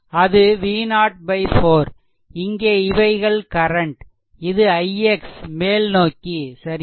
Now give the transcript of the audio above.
அது V0 4 இங்கே இவைகள் கரண்ட் இது ix மேல்நோக்கி சரியா